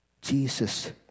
Jesus